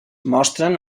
mostren